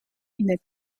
une